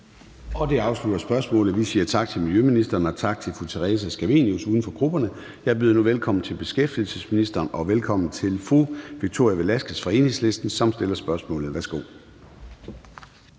Det afslutter spørgsmålet. Vi siger tak til miljøministeren og tak til fru Theresa Scavenius, uden for grupperne. Jeg byder nu velkommen til beskæftigelsesministeren og velkommen til fru Victoria Velasquez fra Enhedslisten, som stiller det næste